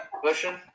question